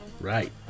Right